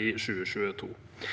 i 2022.